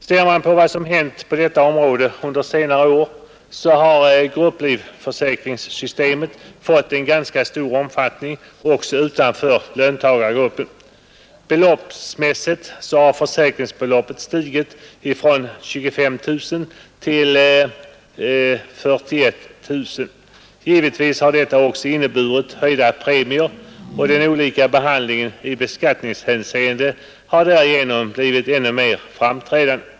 Ser man på vad som hänt på detta område under senare år har grupplivförsäkringssystemet fått en ganska stor omfattning också utanför löntagargruppen. Beloppsmässigt har försäkringsbeloppet stigit från 25 000 till 41 000 kronor. Givetvis har detta också inneburit höjda premier och den olika behandlingen i beskattningshänseende har därigenom blivit ännu mer framträdande.